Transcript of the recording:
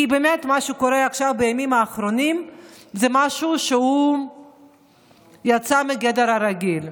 כי מה שקורה עכשיו בימים האחרונים זה משהו שיצא מגדר הרגיל.